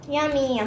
Yummy